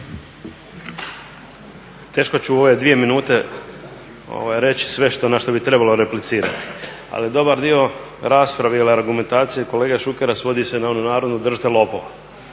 Teško ću u ove dvije minute reći sve na što bi trebalo replicirati, ali dobar dio rasprave ili argumentacije kolege Šukera svodi se na onu narodnu "Držite lopova"